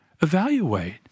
Evaluate